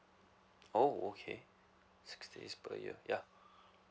oh okay six days per year yeah